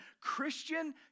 Christian